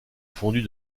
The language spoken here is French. fondu